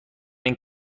این